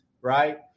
Right